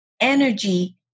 energy